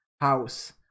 House